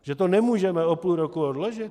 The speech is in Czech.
Že to nemůžeme o půl roku odložit?